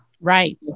Right